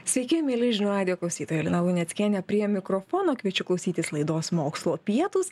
sveiki mieli žinių radijo klausytojai lina luneckienė prie mikrofono kviečiu klausytis laidos mokslo pietūs